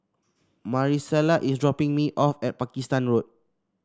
Marisela is dropping me off at Pakistan Road